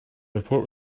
report